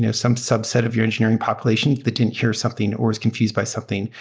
you know some subset of your engineering population that didn't hear something or is confused by something,